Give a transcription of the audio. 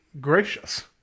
gracious